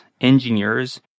engineers